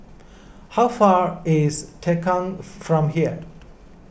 how far is Tongkang from here